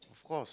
of course